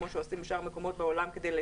כמו שעושים בשאר המקומות בעולם,